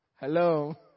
Hello